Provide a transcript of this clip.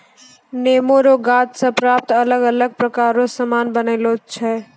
नेमो रो गाछ से प्राप्त अलग अलग प्रकार रो समान बनायलो छै